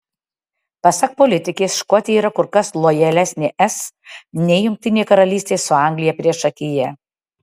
pasak politikės škotija yra kur kas lojalesnė es nei jungtinė karalystė su anglija priešakyje